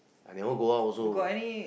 I cannot go out also